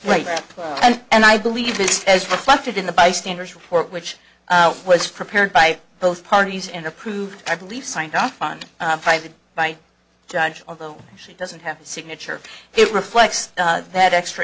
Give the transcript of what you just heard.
right and i believe just as reflected in the bystanders report which was prepared by both parties and approved i believe signed off on private by judge although she doesn't have a signature it reflects that extra